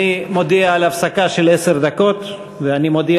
אני מודיע על הפסקה של עשר דקות ואני מודיע